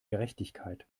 gerechtigkeit